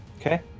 Okay